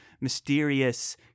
mysterious